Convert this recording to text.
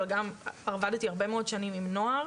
אבל גם עבדתי הרבה מאוד שנים עם נוער,